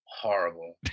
Horrible